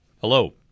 Hello